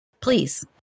please